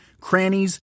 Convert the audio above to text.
crannies